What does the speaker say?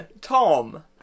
Tom